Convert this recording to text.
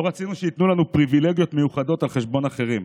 לא רצינו שייתנו לנו פריבילגיות מיוחדות על חשבון אחרים.